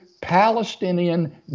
Palestinian